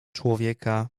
człowieka